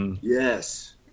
Yes